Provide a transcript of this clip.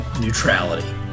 neutrality